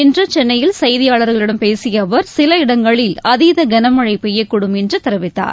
இன்று சென்னையில் செய்தியாளர்களிடம் பேசிய அவர் சில இடங்களில் அதீத கனமழை பெய்யக்கூடும் என்று தெரிவித்தார்